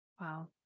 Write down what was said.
Wow